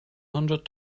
hundred